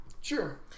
Sure